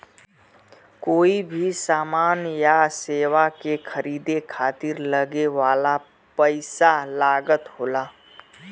कोई भी समान या सेवा के खरीदे खातिर लगे वाला पइसा लागत होला